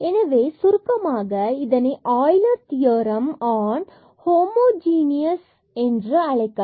எனவே சுருக்கமாக இதனை ஆய்லர் யூலர்Euler's theorem on ஹோமோஜீனியஸ் என்று அழைக்கலாம்